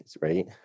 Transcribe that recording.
right